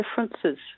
differences